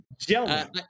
gentlemen